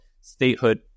statehood